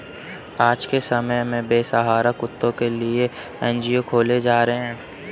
आज के समय में बेसहारा कुत्तों के लिए भी एन.जी.ओ खोले जा रहे हैं